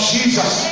Jesus